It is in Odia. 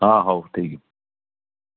ହଁ ହଉ ଠିକ୍